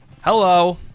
Hello